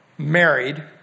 married